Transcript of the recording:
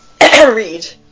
read